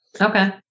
Okay